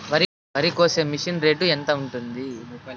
వరికోసే machine rate ఎంత ఉంటుంది?